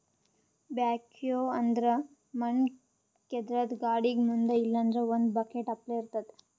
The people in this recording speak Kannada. ಬ್ಯಾಕ್ಹೊ ಅಂದ್ರ ಮಣ್ಣ್ ಕೇದ್ರದ್ದ್ ಗಾಡಿಗ್ ಮುಂದ್ ಇಲ್ಲಂದ್ರ ಒಂದ್ ಬಕೆಟ್ ಅಪ್ಲೆ ಇರ್ತದ್